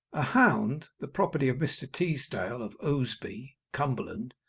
a hound, the property of mr. teasdale of ousby, cumberland,